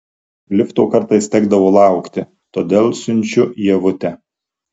lifto kartais tekdavo laukti todėl siunčiu ievutę